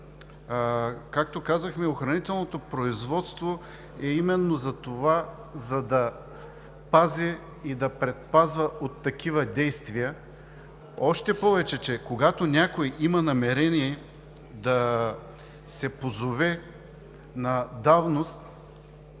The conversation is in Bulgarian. както казахме, охранителното производство е именно за това, за да пази и да предпазва от такива действия. Още повече че, когато някой има намерение да се позове на давност,